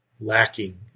lacking